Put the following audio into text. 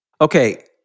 Okay